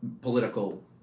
political